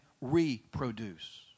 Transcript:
reproduce